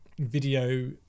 video